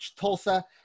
Tulsa